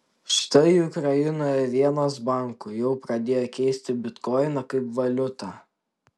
štai ukrainoje vienas bankų jau pradėjo keisti bitkoiną kaip valiutą